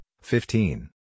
fifteen